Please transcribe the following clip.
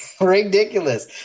Ridiculous